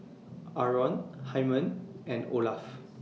Arron Hymen and Olaf